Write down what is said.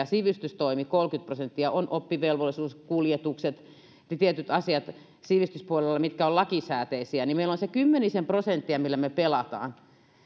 sivistystoimi on kolmekymmentä prosenttia oppivelvollisuus kuljetukset ja tietyt asiat sivistyspuolella mitkä ovat lakisääteisiä joten meillä on se kymmenisen prosenttia millä me pelaamme